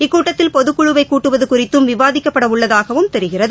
இக்கூட்டத்தில் பொதுக்குழுவைகூட்டுவதுகுறித்தும் விவாதிக்கப்படஉள்ளதாகவும் தெரிகிறது